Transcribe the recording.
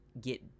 get